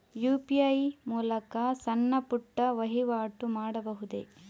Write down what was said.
UPI ಮೂಲಕ ಸಣ್ಣ ಪುಟ್ಟ ವಹಿವಾಟು ಮಾಡಬಹುದೇ?